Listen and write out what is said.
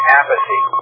apathy